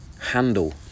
handle